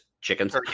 chickens